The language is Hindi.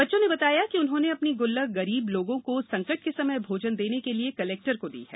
बच्चों ने बताया कि उन्होने अपनी ग़ुल्लक गरीब लोगों को संकट के समय भोजन देने के लिये कलेक्टर को दी है